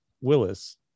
Willis